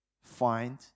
find